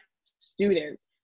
students